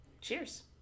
Cheers